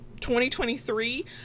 2023